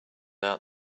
out